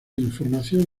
información